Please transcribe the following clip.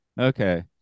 Okay